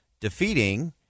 defeating